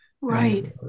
right